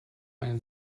einen